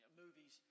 movies